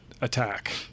attack